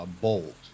bolt